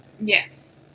Yes